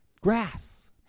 grass